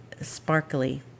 sparkly